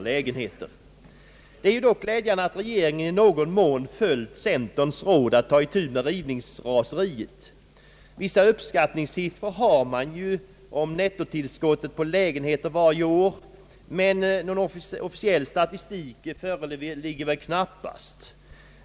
Dock är det glädjande att regeringen i någon mån följt centerns råd att ta itu med rivningsraseriet. Man har ju vissa uppskattningssiffror om nettotillskottet av lägenheter varje år, men någon officiell statistik föreligger väl knappast.